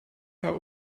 herr